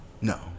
No